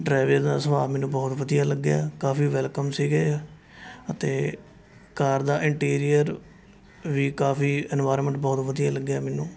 driver ਦਾ ਸੁਭਾਅ ਮੈਨੂੰ ਬਹੁਤ ਵਧੀਆ ਲੱਗਿਆ ਕਾਫ਼ੀ ਵੈਲਕੱਮ ਸੀਗੇ ਅਤੇ ਕਾਰ ਦਾ ਇੰਨਟੀਰੀਅਰ ਵੀ ਕਾਫ਼ੀ ਇੰਨਵਾਇਰਮੈਂਟ ਬਹੁਤ ਵਧੀਆ ਲੱਗਿਆ ਮੈਨੂੰ